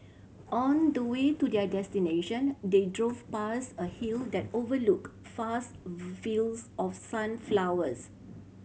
on the way to their destination they drove past a hill that overlooked fast fields of sunflowers